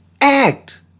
act